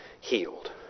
healed